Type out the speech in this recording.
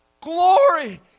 glory